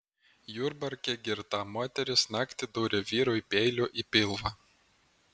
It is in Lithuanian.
jurbarke girta moteris naktį dūrė vyrui peiliu į pilvą